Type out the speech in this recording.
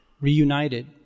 reunited